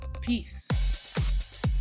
Peace